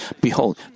Behold